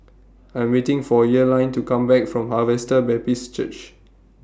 I Am waiting For Earline to Come Back from Harvester Baptist Church